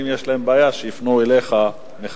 אם יש להם בעיה, שיפנו אליך מחדש.